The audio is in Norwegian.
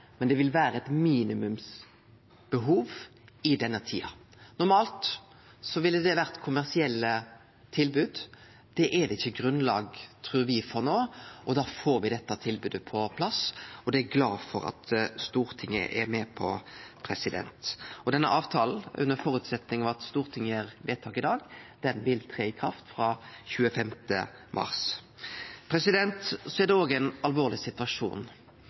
men det vil vere eit minimumsbehov i denne tida. Normalt ville det vore kommersielle tilbod. Det er det ikkje grunnlag for no, trur me. Da får me dette tilbodet på plass, og det er eg glad for at Stortinget er med på. Denne avtalen, under føresetnad av at Stortinget gjer vedtak i dag, vil tre i kraft frå 25. mars. Det er ein alvorleg situasjon